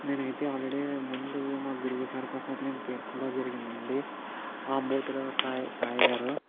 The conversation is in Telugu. నేనైతే ఆల్రెడీ ముందు మా గురువు గారి కోసం అయితే నేను పేర్కొడం కూడా జరిగింది అండి ఆంబుతుల సాయి సాయి గారు